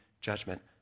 judgment